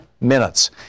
minutes